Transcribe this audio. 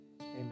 amen